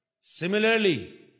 Similarly